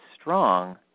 strong